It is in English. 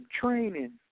training